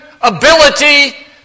ability